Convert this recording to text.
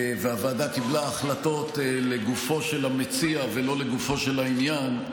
הוועדה קיבלה החלטות לגופו של המציע ולא לגופו של העניין,